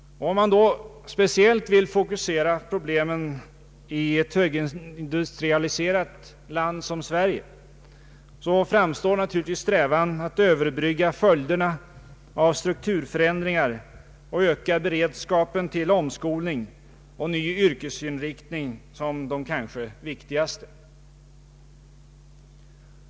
Om man då speciellt vill fokusera problemen i ett högindustrialiserat land som Sverige, framstår naturligtvis strävan att överbrygga följderna av strukturförändringar och öka beredskapen till omskolning och ny yrkesinriktning som de kanske viktigaste.